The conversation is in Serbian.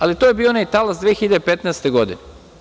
Ali, to je bio onaj talas 2015. godine.